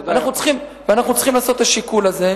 ואנחנו צריכים לעשות את השיקול הזה.